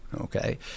okay